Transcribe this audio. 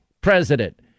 president